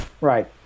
Right